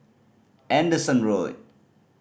Anderson Road